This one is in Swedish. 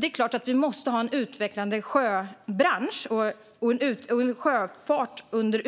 Det är klart att vi måste ha en utvecklad sjöfartsbransch och en sjöfart under